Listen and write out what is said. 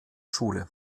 schule